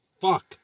fuck